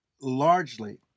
largely